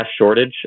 shortage